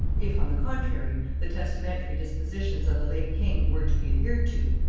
if, on the contrary, the testamentary dispositions of the late king were to be adhered to,